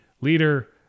leader